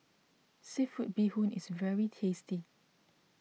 Seafood Bee Hoon is very tasty